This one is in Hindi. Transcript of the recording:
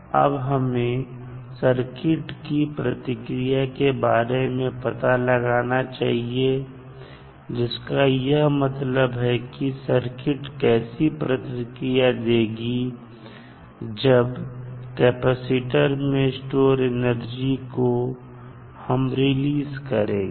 अब हमें सर्किट की प्रतिक्रिया के बारे में पता लगाना चाहिए जिस का यह मतलब है कि सर्किट कैसी प्रतिक्रिया देगी जब C में स्टोर एनर्जी को हम रिलीज करेंगे